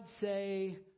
say